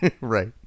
Right